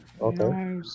Okay